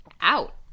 out